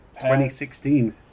2016